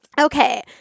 Okay